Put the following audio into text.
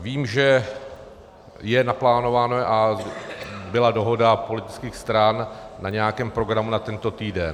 Vím, že je naplánováno a byla dohoda politických stran na nějakém programu na tento týden.